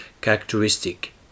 characteristic